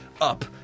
up